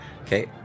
okay